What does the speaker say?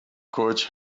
coach